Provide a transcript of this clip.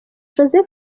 jose